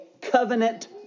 covenant